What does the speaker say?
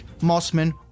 Mossman